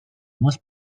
most